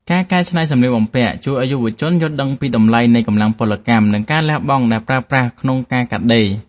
ការកែច្នៃសម្លៀកបំពាក់ជួយឱ្យយុវជនយល់ដឹងពីតម្លៃនៃកម្លាំងពលកម្ម និងការលះបង់ដែលប្រើប្រាស់ក្នុងការកាត់ដេរ។